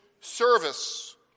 service